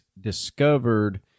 discovered